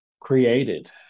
created